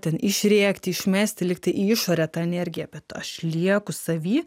ten išrėkti išmesti lygtai į išorę tą energiją bet aš lieku savy